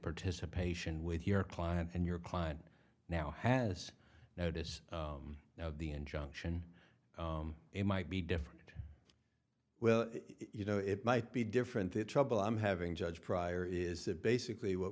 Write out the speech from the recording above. participation with your client and your client now has notice now of the injunction it might be different well you know it might be different the trouble i'm having judge pryor is that basically what